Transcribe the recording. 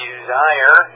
desire